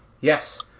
Yes